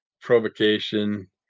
provocation